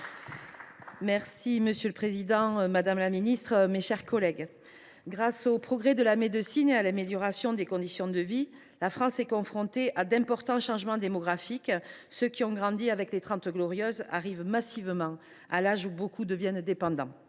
Monsieur le président, madame la ministre, mes chers collègues, grâce aux progrès de la médecine et à l’amélioration des conditions de vie, la France est confrontée à d’importants changements démographiques : ceux qui ont grandi pendant les Trente Glorieuses arrivent massivement à l’âge où beaucoup deviennent dépendants.